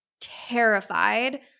terrified